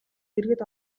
иргэд